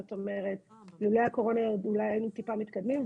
זאת אומרת, לולא הקורונה אולי היינו טיפה מתקדמים.